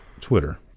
Twitter